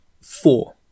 four